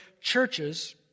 Churches